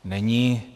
Není.